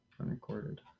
unrecorded